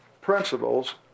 principles